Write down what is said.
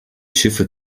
schiffe